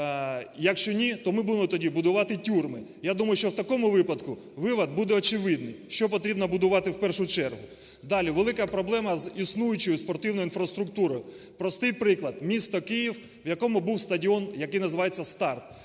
якщо ні, то ми тоді будемо тюрми. Я думаю, що в такому випадку, вивод буде очевидний, що потрібно будувати в першу чергу. Далі. Велика проблема з існуючою спортивною інфраструктурою. Простий приклад. Місто Київ, в якому був стадіон, який називається "Старт",